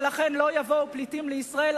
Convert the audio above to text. ולכן לא יבואו פליטים לישראל,